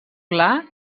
pla